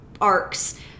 arcs